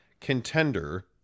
contender